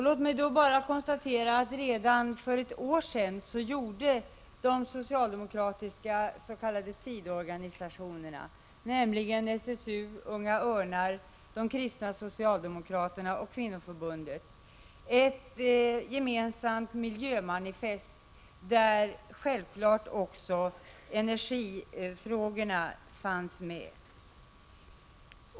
Låt mig bara konstatera att de socialdemokratiska s.k. sidoorganisationerna, nämligen SSU, Unga örnar, De kristna socialdemokraterna och Socialdemokratiska kvinnoförbundet, redan för ett år sedan gjorde ett gemensamt miljömanifest, där självfallet också energifrågorna fanns med.